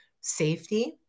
safety